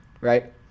right